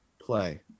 play